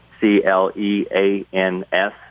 C-L-E-A-N-S